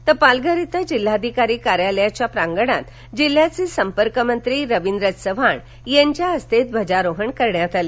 तर पालघर इथं जिल्हाधिकारी कार्यालयाच्या प्रांगणात जिल्ह्याचे संपर्कमंत्री रवींद्र चव्हाण यांच्या हस्ते ध्वजारोहण करण्यात आलं